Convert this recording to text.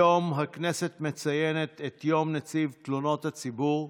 היום הכנסת מציינת את יום נציב תלונות הציבור.